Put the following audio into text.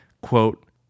quote